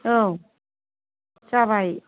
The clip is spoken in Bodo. औ जाबाय